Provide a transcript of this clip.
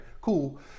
Cool